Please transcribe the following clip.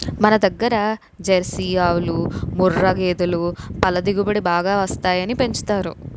మనదగ్గర జెర్సీ ఆవులు, ముఱ్ఱా గేదులు పల దిగుబడి బాగా వస్తాయని పెంచుతారు